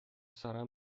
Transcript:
سرم